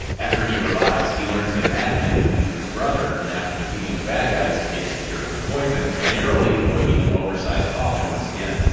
after he revives, he learns that madman is leader's brother, and after defeating the bad guys, he gets the cure for the poison, narrowly avoiding an oversized coffin once again.